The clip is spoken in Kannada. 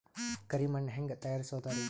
ಕರಿ ಮಣ್ ಹೆಂಗ್ ತಯಾರಸೋದರಿ?